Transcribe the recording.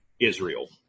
Israel